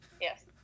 Yes